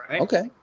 Okay